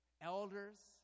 Elders